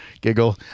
Giggle